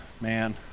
Man